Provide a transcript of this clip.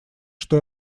что